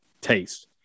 taste